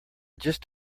just